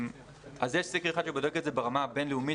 יש סקר שבודק את זה ברמה הבינלאומית,